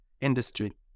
industry